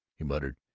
he muttered,